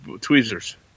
tweezers